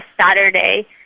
Saturday